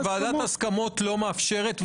אתה תודיע שוועדת ההסכמות לא מאפשרת,